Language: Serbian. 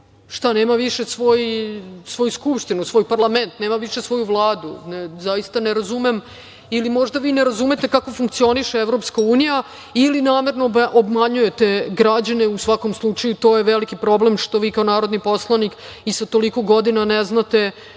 Šta, nema više svoju skupštinu, svoj parlament, nema više svoju vladu? Zaista ne razumem, ili možda vi ne razumete kako funkcioniše Evropska unija ili namerno obmanjujete građane.U svakom slučaju, to je veliki problem što vi kao narodni poslanik i sa toliko godina ne znate